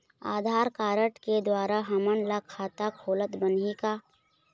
आधार card के द्वारा हमन ला खाता खोलत बनही का?